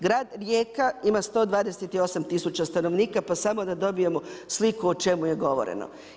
Grad Rijeka ima 128 tisuća stanovnika pa samo da dobijemo sliku o čemu je govoreno.